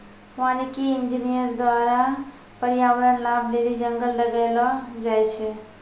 वानिकी इंजीनियर द्वारा प्रर्यावरण लाभ लेली जंगल लगैलो जाय छै